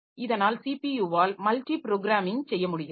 இதனால் ஸிபியுவால் multi programming செய்ய முடிகிறது